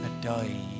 die